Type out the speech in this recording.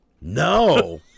no